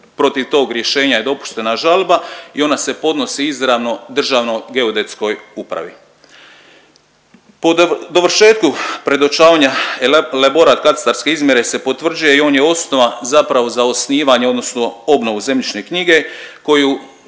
protiv tog rješenja je dopuštena žalba i ona se podnosi izravno Državnoj geodetskoj upravi. Po dovršetku predočavanja elaborat katastarske izmjere se potvrđuje i on je osnova zapravo za osnivanje, odnosno obnovu zemljišne knjige koju